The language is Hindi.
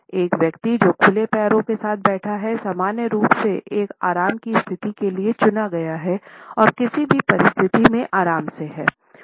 एक व्यक्ति जो खुले पैरों के साथ बैठा है सामान्य रूप से एक आराम की स्थिति के लिए चुना गया है और किसी भी परिस्थिति में आराम से है